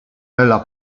ela